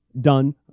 done